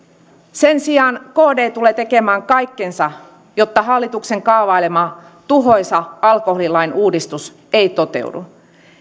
sen sijaan kd tulee tekemään kaikkensa jotta hallituksen kaavailema tuhoisa alkoholilain uudistus ei toteudu